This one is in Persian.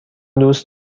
دوست